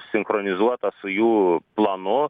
sinchronizuota su jų planu